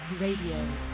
Radio